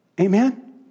Amen